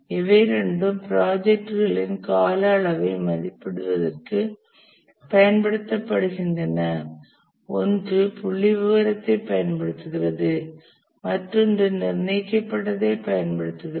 இவை இரண்டும் ப்ராஜெக்களின் கால அளவை மதிப்பிடுவதற்கு பயன்படுத்தப்படுகின்றன ஒன்று புள்ளிவிவரத்தைப் பயன்படுத்துகிறது மற்றொன்று நிர்ணயிக்கப்பட்டதை பயன்படுத்துகிறது